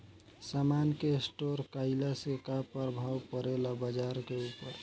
समान के स्टोर काइला से का प्रभाव परे ला बाजार के ऊपर?